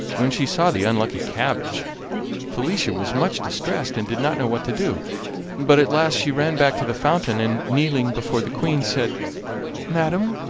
when she saw the unlucky cabbage felicia was much distressed, and did not know what to do but at last she ran back to the fountain, and, kneeling before the queen, said madam,